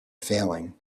failing